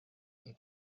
and